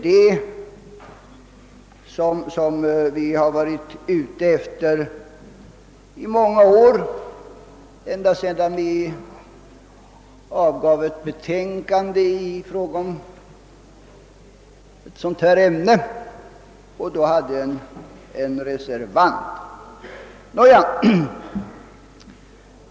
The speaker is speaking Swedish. Det har vi strävat efter i många år ända sedan det avgavs ett betänkande i ämnet; i den ifrågavarande utredningen hade vi ju en reservant.